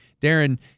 Darren